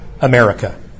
America